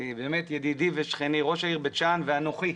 באמת ידידי ושכני, ראש העיר בית שאן ואנכי,